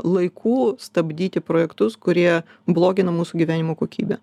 laikų stabdyti projektus kurie blogina mūsų gyvenimo kokybę